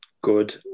good